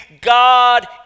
God